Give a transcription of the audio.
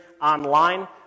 online